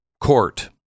court